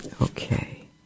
Okay